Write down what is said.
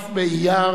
אדוני השר,